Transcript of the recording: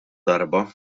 darba